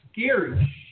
scary